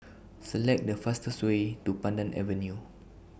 Select The fastest Way to Pandan Avenue